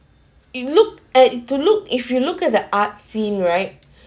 it looked at to look if you look at the art scene right